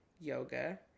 yoga